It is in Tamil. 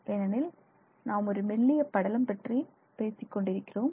ஏனெனில் நாம் ஒரு மெல்லிய படலம் பற்றி பேசிக் கொண்டிருக்கிறோம்